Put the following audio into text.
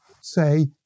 say